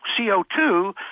CO2